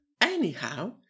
Anyhow